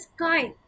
sky